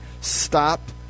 stop